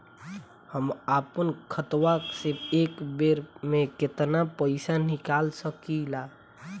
हम आपन खतवा से एक बेर मे केतना पईसा निकाल सकिला?